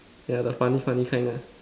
yeah the funny funny kind lah